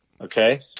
Okay